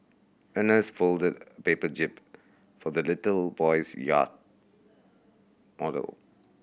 an nurse folded a paper jib for the little boy's yacht model